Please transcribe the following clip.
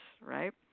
right